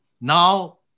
Now